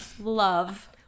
love